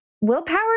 willpower